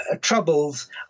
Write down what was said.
troubles